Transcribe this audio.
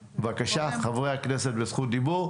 בבקשה, חברי הכנסת בזכות דיבור.